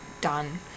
done